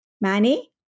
Manny